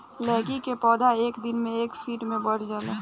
लैकी के पौधा एक दिन मे एक फिट ले बढ़ जाला